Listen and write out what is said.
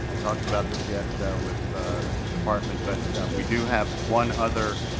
talked about this yet with the the department but we do have one other